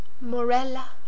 Morella